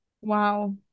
Wow